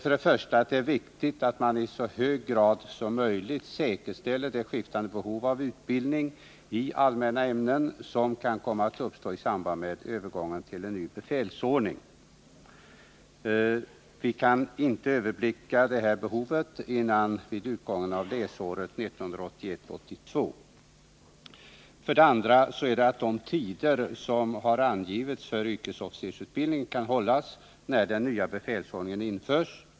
För det första är det viktigt att man i så hög grad som möjligt tillgodoser det skiftande behov av utbildning i allmänna ämnen som kan komma att uppstå i samband med övergången till en ny befälsordning. Vi kan inte överblicka behovet före utgången av läsåret 1981/82. För det andra är det viktigt att de tider som angivits för yrkesofficersutbildning kan hållas, när den nya befälsordningen införs.